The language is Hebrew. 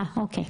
תודה.